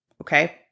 okay